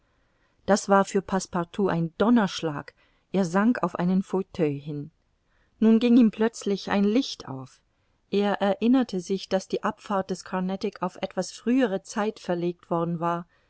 das war für passepartout ein donnerschlag er sank auf einen fauteuil hin nun ging ihm plötzlich ein licht auf er erinnerte sich daß die abfahrt des carnatic auf etwas frühere zeit verlegt worden war